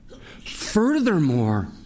Furthermore